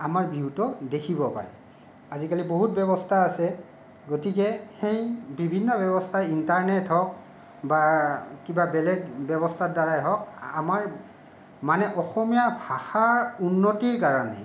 আমাৰ বিহুটো দেখিব পাৰে আজিকালি বহুত ব্যৱস্থা আছে গতিকে সেই বিভিন্ন ব্যৱস্থা ইণ্টাৰনেট হওঁক বা কিবা বেলেগ ব্যৱস্থাৰ দ্বাৰাই হওঁক আমাৰ মানে অসমীয়া ভাষাৰ উন্নতিৰ কাৰণে